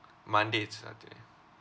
monday to saturday